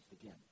again